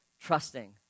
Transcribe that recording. trusting